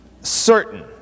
certain